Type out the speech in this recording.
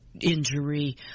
injury